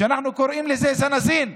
שאנחנו קוראים לזה "זנאזין",